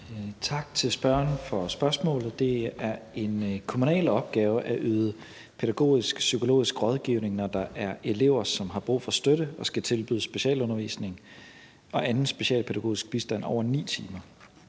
for spørgsmålet. Det er en kommunal opgave at yde pædagogisk-psykologisk rådgivning , PPR, når der er elever, som har brug for støtte og skal tilbydes specialundervisning og anden specialpædagogisk bistand i over 9 timer.